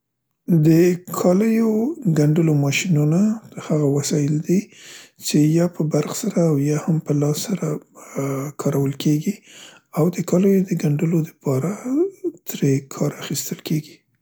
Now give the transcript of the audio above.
د کالیو د ګنډلو ماشینونه، هغه وسایل دي څې یا په برق سره او یا هم په لاس سره، ا، کارول کیګي او د کالیو د ګنډلو دپاره ا ترې کار اخیستل کیګي.